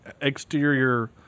exterior